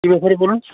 কী ব্যাপারে বলুন